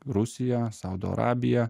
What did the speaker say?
rusija saudo arabija